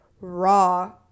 raw